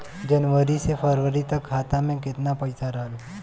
जनवरी से फरवरी तक खाता में कितना पईसा रहल?